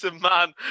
man